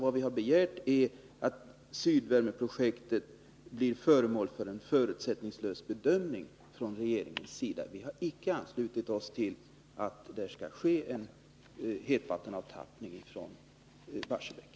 Vad vi begärt är att Sydvärmeprojektet blir föremål för en förutsättningslös bedömning från regeringens sida. Vi har alltså icke anslutit oss till uppfattningen att det skall ske en hetvattenavtappning från Barsebäck.